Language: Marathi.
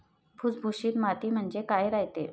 भुसभुशीत माती म्हणजे काय रायते?